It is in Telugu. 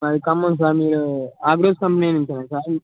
మాది ఖమం సార్ మీరు ఆగ్రోజ్ కంపెనీనించా సార్